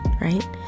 right